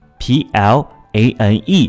PLANE